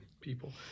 people